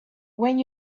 when